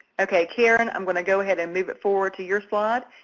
ok, karen, i'm going to go ahead and move it forward to your slide.